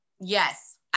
Yes